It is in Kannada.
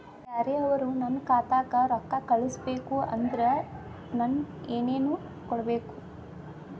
ಬ್ಯಾರೆ ಅವರು ನನ್ನ ಖಾತಾಕ್ಕ ರೊಕ್ಕಾ ಕಳಿಸಬೇಕು ಅಂದ್ರ ನನ್ನ ಏನೇನು ಕೊಡಬೇಕು?